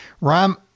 Ram